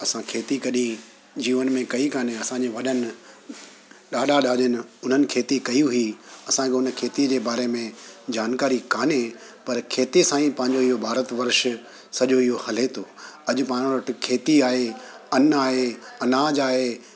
असां खेती कॾहिं जीवन में कई कोन्हे असांजे वॾनि ॾाॾा ॾाॾीनि उन्हनि खेती कई हुई असांखे हुन खेतीअ जे बारे में जानकारी कोन्हे पर खेती सां ई पंहिंजो इहो भारत वर्ष सॼो इहो हले थो अॼु पाण वटि खेती आहे अन आहे अनाज आहे